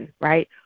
right